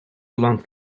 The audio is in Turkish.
olan